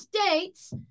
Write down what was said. states